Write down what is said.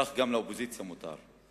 כך גם לאופוזיציה מותר.